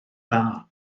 dda